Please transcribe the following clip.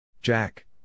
Jack